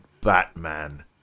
Batman